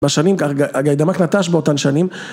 בשנים, גיידאמק נטש באותן שנים